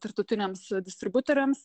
tarptautiniams distributoriams